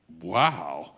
wow